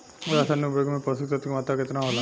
रसायनिक उर्वरक मे पोषक तत्व के मात्रा केतना होला?